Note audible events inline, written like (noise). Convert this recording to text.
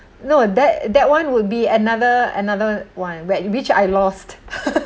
no that that one would be another another one where which I lost (laughs)